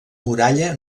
muralla